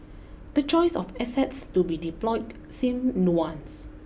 the choice of assets to be deployed seems nuanced